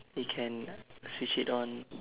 we can like switch it on